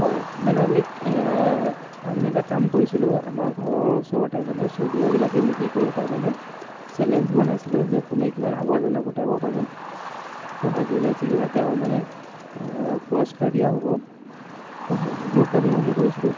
হয় মানে আমি আমি মানে এটা কাম কৰিছিলোঁ আমাৰ ঘৰৰ ওচৰতে মানে চুবুৰীয়াবিলাকে মিলি কৰি এটা মানে চেলেঞ্জ বনাইছিলোঁ যে কোনে কিমান আৱৰ্জনা গোটাব পাৰে হয় হয় যোনে জিকিব তেওঁ মানে পুৰস্কাৰ দিয়া হ'ব হয় হয় গ্ৰুপ বান্ধি বান্ধি কৰিছিলোঁ